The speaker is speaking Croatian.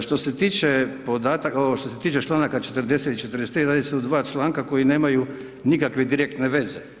Što se tiče podataka, ovo što se tiče čl. 40 i 43. radi se o 2 članka koji nemaju nikakve direktne veze.